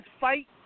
fight